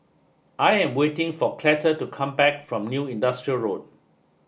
I am waiting for Cleta to come back from New Industrial Road